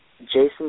Jason